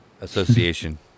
Association